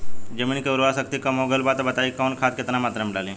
जमीन के उर्वारा शक्ति कम हो गेल बा तऽ बताईं कि कवन खाद केतना मत्रा में डालि?